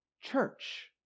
church